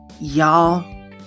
Y'all